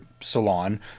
salon